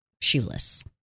shoeless